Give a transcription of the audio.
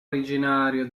originario